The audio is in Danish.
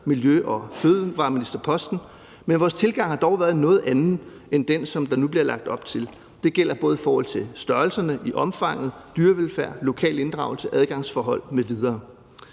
miljø- og fødevareministerposten. Men vores tilgang har dog været en noget anden end den, som der nu bliver lagt op til. Det gælder både i forhold til størrelserne i omfanget, dyrevelfærd, lokal inddragelse, adgangsforhold m.v.